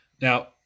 Now